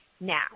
Now